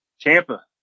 Tampa